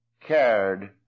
cared